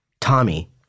Tommy